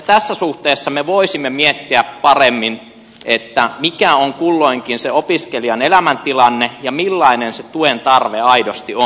tässä suhteessa me voisimme miettiä paremmin mikä on kulloinkin se opiskelijan elämäntilanne ja millainen se tuen tarve aidosti on